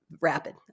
Rapid